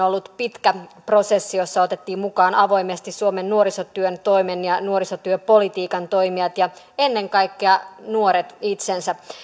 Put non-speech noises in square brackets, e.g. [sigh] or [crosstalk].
[unintelligible] ollut pitkä prosessi jossa otettiin mukaan avoimesti suomen nuorisotyön toimen ja nuorisotyöpolitiikan toimijat ja ennen kaikkea nuoret itsensä